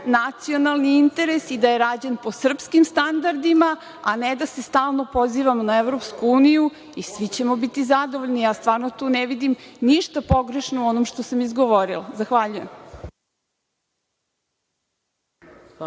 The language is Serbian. nacionalni interes i da je rađen po srpskim standardima, a ne da se stalno pozivamo na EU i svi ćemo biti zadovoljni. Ja stvarno tu ne vidim ništa pogrešno u onom što sam izgovorila. Zahvaljujem.